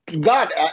God